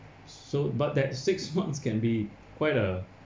so but that six months can be quite a